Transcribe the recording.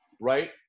right